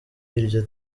iryo